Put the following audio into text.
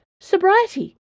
Sobriety